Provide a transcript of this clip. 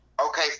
Okay